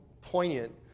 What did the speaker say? poignant